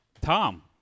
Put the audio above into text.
Tom